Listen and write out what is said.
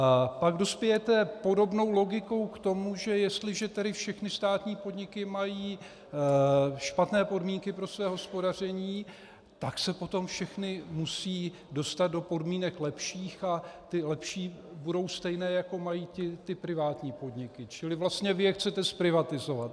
A pak dospějete podobnou logikou k tomu, že jestliže všechny státní podniky mají špatné podmínky pro své hospodaření, tak se potom všechny musí dostat do podmínek lepších a ty lepší budou stejné, jako mají ty privátní podniky, čili vlastně vy je chcete zprivatizovat.